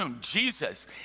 Jesus